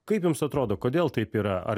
kaip jums atrodo kodėl taip yra ar